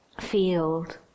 field